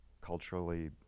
culturally